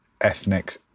ethnic